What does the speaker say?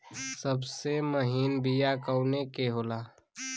सबसे महीन बिया कवने के होला?